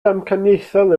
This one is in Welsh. damcaniaethol